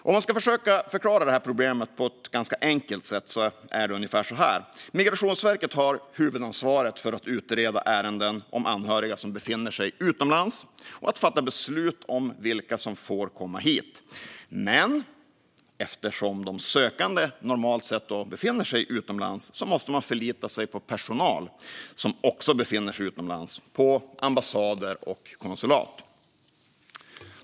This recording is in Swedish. Om man ska försöka förklara detta problem på ett ganska enkelt sätt är det ungefär på följande sätt: Migrationsverket har huvudansvaret för att utreda ärenden om anhöriga som befinner sig utomlands och att fatta beslut om vilka som får komma hit. Men eftersom de sökande normalt sett befinner sig utomlands måste man förlita sig på personal som också befinner sig utomlands på ambassader och konsulat.